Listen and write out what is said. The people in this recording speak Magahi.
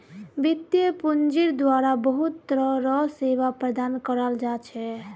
वित्तीय पूंजिर द्वारा बहुत तरह र सेवा प्रदान कराल जा छे